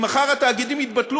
אם מחר התאגידים יתבטלו,